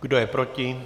Kdo je proti?